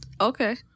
Okay